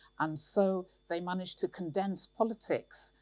um so they manage to condense politics,